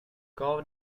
gav